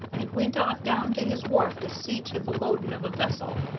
and went off down to his wharf to see to the loading of a vessel,